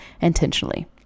intentionally